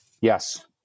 Yes